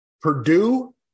Purdue